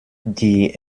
die